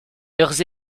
leurs